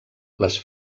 les